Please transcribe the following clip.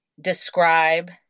describe